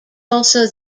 also